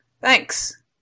Thanks